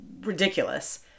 ridiculous